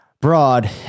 broad